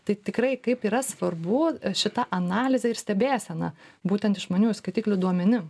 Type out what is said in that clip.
tai tikrai kaip yra svarbu šita analizė ir stebėsena būtent išmaniųjų skaitiklių duomenim